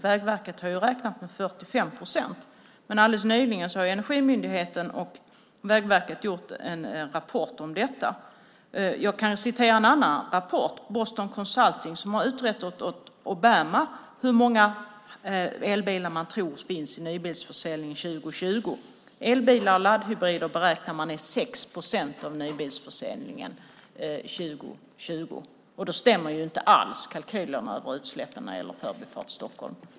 Vägverket har räknat med 45 procent, men alldeles nyligen har Energimyndigheten och Vägverket gjort en rapport om detta. Jag kan nämna en annan rapport från Boston Consulting som har utrett åt Obama hur många elbilar man tror att det finns i nybilsförsäljning 2020. Elbilar och laddhybrider beräknar man är 6 procent av nybilsförsäljningen 2020. Då stämmer inte alls kalkylerna över utsläppen när det gäller Förbifart Stockholm.